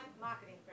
marketing